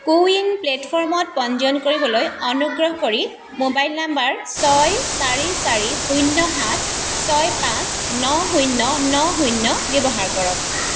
কো win প্লে'টফৰ্মত পঞ্জীয়ন কৰিবলৈ অনুগ্ৰহ কৰি মোবাইল নম্বৰ ছয় চাৰি চাৰি শূন্য সাত ছয় পাঁচ ন শূন্য ন শূন্য ব্যৱহাৰ কৰক